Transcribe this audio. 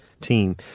team